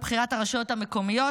לבחירת הרשויות המקומיות,